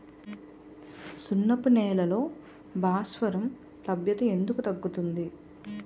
సున్నపు నేలల్లో భాస్వరం లభ్యత ఎందుకు తగ్గుతుంది?